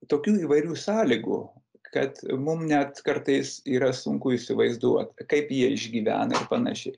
tokių įvairių sąlygų kad mum net kartais yra sunku įsivaizduot kaip jie išgyvena ir panašiai